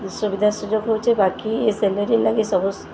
ସୁବିଧା ସୁଯୋଗ ହଉଚେ ବାକି ଏ ସେଲେରୀ ଲାଗି ସବୁ